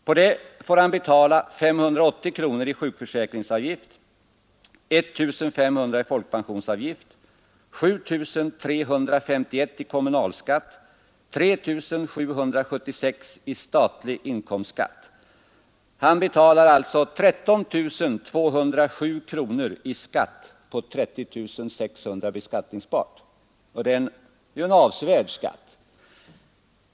På denna får han betala 580 kronor i sjukförsäkringsavgift, 1 500 kronor i folkpensionsavgift, 7 351 kronor i kommunalskatt och 3 776 i statlig inkomstskatt. Han betalar alltså 13 207 kronor i skatt på 30 600 kronors beskattningsbar inkomst, och det är en avsevärd skatt.